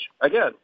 Again